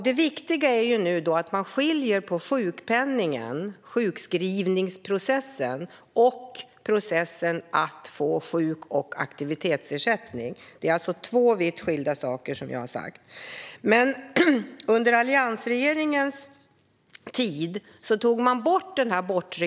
Det viktiga nu är att skilja mellan sjukpenning - sjukskrivningsprocessen - och processen att få sjukersättning eller aktivitetsersättning. Det är alltså två vitt skilda saker, som jag har sagt. Under alliansregeringens tid togs den bortre gränsen bort.